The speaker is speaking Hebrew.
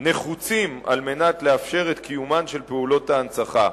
נחוצים על מנת לאפשר את קיומן של פעולות ההנצחה.